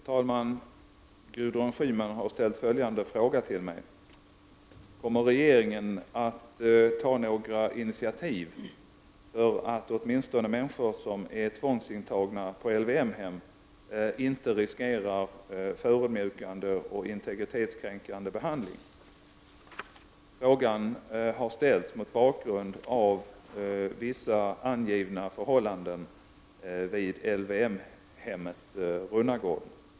Herr talman! Gudrun Schyman har ställt följande fråga till mig: Kommer regeringen att ta några initiativ så att åtminstone människor som är tvångsintagna på LVM-hem inte riskerar att utsättas för förödmjukande och integritetskränkande behandling? Frågan har ställts mot bakgrund av vissa angivna förhållanden på LYM-hemmet Runnagården.